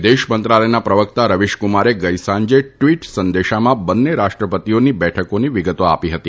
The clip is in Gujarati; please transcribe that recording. વિદેશ મંત્રાલયના પ્રવક્તા રવીશકુમારે ગઇસાંજે ટ્વીટ સંદેશમાં બન્ને રાષ્રઆપતિઓની બેઠકની વિગતો આપી હતી